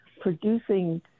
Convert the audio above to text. producing